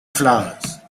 flowers